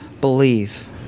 believe